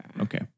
Okay